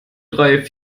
drei